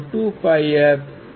तो वह श्रृंखला में होगा